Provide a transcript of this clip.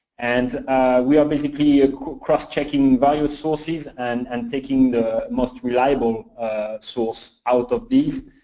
and we are basically ah cross-checking various sources, and and taking the most reliable source out of these,